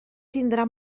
tindrà